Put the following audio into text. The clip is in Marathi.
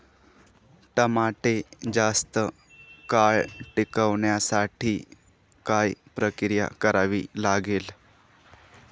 टमाटे जास्त काळ टिकवण्यासाठी काय प्रक्रिया करावी लागेल?